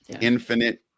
infinite